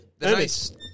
nice